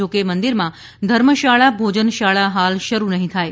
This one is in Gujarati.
જોકે મંદિરમાં ધર્મશાળા ભોજનશાળા હાલ શરૂ નહીં થાય